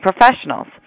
professionals